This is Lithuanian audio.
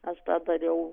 aš tą dariau